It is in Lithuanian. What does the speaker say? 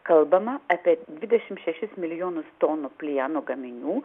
kalbama apie dvidešim šešis milijonus tonų plieno gaminių